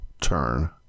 turn